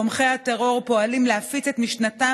תומכי הטרור פועלים להפיץ את משנתם